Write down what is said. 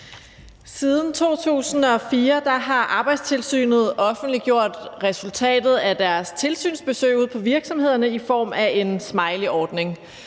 Siden 2004 har Arbejdstilsynet offentliggjort resultatet af deres tilsynsbesøg ude på virksomhederne i form af en smileyordning,